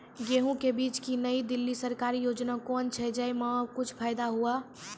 गेहूँ के बीज की नई दिल्ली सरकारी योजना कोन छ जय मां कुछ फायदा हुआ?